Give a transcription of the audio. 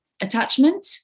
attachment